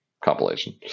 compilation